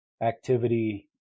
activity